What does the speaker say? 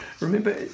Remember